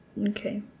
okay